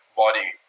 body